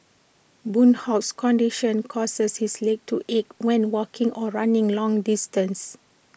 boon Hock's condition causes his legs to ache when walking or running long distances